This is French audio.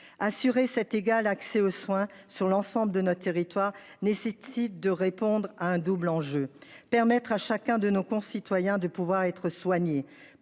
assurer cet égal accès aux soins sur l'ensemble de notre territoire nécessite de répondre à un double enjeu, permettre à chacun de nos concitoyens de pouvoir être soigné